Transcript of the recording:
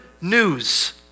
news